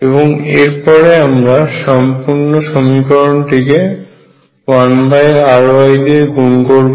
এবং এরপরে আমরা সম্পূর্ণ সমীকরণটিকে 1RY দিয়ে গুণ করব